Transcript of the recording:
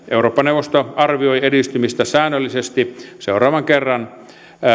eurooppa neuvosto arvioi edistymistä säännöllisesti seuraavan kerran